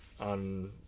on